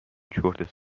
چرت